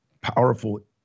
powerful